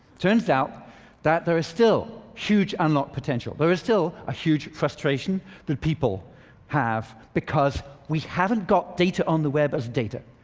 turns out that there is still huge unlocked potential. there is still a huge frustration that people have because we haven't got data on the web as data.